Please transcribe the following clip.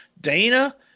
Dana